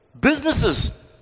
Businesses